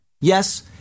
Yes